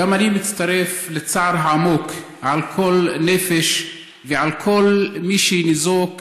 גם אני מצטער צער העמוק על כל נפש ועל כל מי שניזוק,